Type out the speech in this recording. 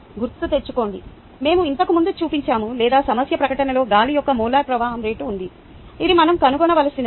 గుర్తు తెచ్చుకోండి మేము ఇంతకుముందు చూపించాము లేదా సమస్య ప్రకటనలో గాలి యొక్క మోలార్ ప్రవాహం రేటు ఉంది అది మనం కనుగొనవలసినది